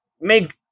make